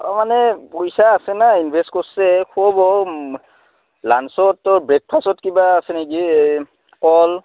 অঁ মানে পইচা আছে না ইনভেষ্ট কৰছে খোৱাব লাঞ্চত ব্ৰেকফাষ্টত কিবা আছে নেকি কল